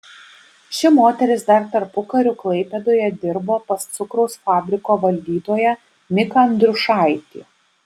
ši moteris dar tarpukariu klaipėdoje dirbo pas cukraus fabriko valdytoją miką andriušaitį